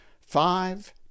Five